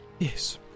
Yes